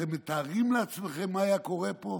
אתם מתארים לעצמכם מה היה קורה פה?